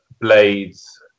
Blades